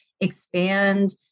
expand